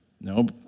No